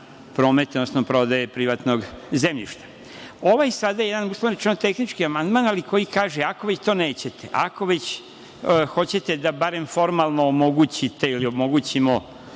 prometa, odnosno prodaje privatnog zemljišta. Ovo je jedan tehnički amandman ali koji kaže – ako to već nećete, ako već hoćete da barem formalno omogućite ili omogućimo